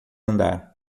andar